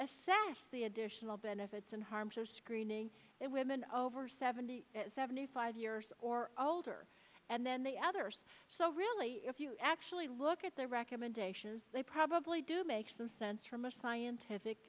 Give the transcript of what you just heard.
assess the additional benefits and harms are screening women over seventy seventy five years or older and then the others so really if you actually look at their recommendations they probably do make some sense from a scientific